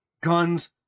guns